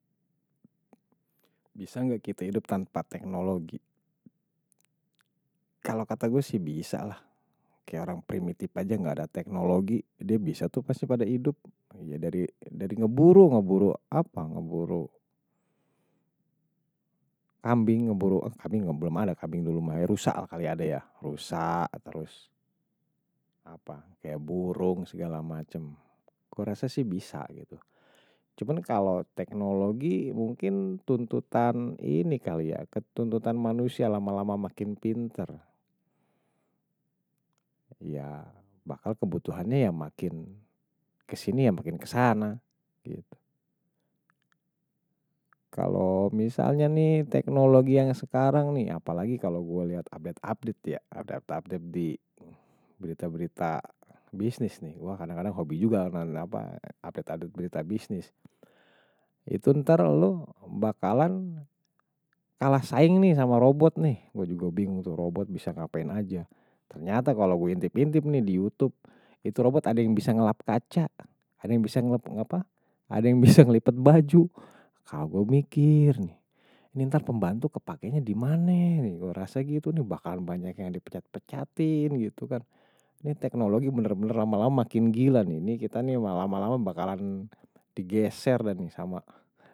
Bisa gak kita hidup tanpa teknologi kalau kata gue sih bisa lah. Kayak orang primitif aja gak ada teknologi, dia bisa tuh pasti pada hidup. Jadi dari ngeburuh, ngeburuh apa ngeburuh kambing, ngeburuh, eh kambing, belum ada kambing dulu. Rusa lah kali ada ya, rusa, terus kayak burung segala macem. Gue rasa sih bisa gitu. Cuman kalau teknologi mungkin tuntutan ini kali ya, ketuntutan manusia lama-lama makin pinter, ya bakal kebutuhannya makin kesini, makin kesana. Kalau misalnya nih teknologi yang sekarang nih, apalagi kalau gue lihat update update ya, update-update di berita berita bisnis nih, gue kadang-kadang hobi juga, kenalin apa, update update berita bisnis. Itu, ntar lo bakalan kalah saing nih sama robot nih. Gue juga bingung tuh robot bisa ngapain aja. Ternyata kalau gue hintip-hintip nih di youtube, itu robot ada yang bisa ngelap kaca, ada yang bisa ngelap ngapa, ada yang bisa ngelipet baju. Kalau gue mikir nih, ntar pembantu kepakenya dimana nih, gue rasa gitu nih bakalan banyak yang dipecat pecatin gitu kan. Ini teknologi bener bener lama lama makin gila nih. Ini kita nih lama-lama bakalan digeser dan sama.